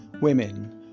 women